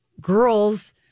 girls